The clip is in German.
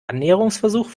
annäherungsversuch